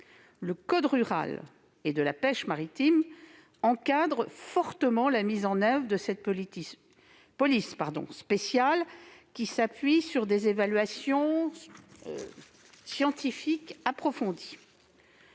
Le code rural et de la pêche maritime encadre fortement la mise en oeuvre de cette police spéciale, qui s'appuie sur des évaluations scientifiques approfondies.